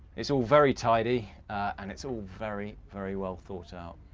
it's all very tidy and it's all very very well-thought-out.